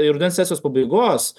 rudens sesijos pabaigos